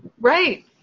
Right